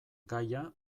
gaia